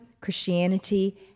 Christianity